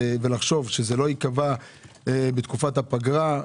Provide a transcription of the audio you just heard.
להבא לחשוב שזה לא ייקבע בתקופת הפגרה.